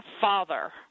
father